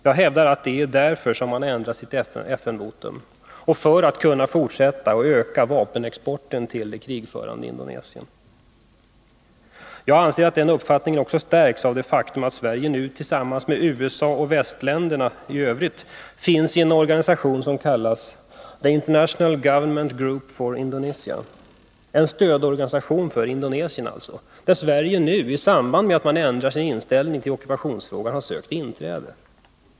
Jag hävdar att det är därför och för att kunna fortsätta att öka vapenexporten till det krigförande Indonesien som man har ändrat sitt FN-votum. Jag anser att den uppfattningen stärks av det faktum att Sverige nu tillsammans med USA och västländerna i övrigt finns med i en organisation som kallas The International Gouvernmental Group for Indonesia — en stödorganisation för Indonesien alltså — där Sverige nu, i samband med att regeringen ändrat sin inställning till ockupationsfrågan, har sökt inträde.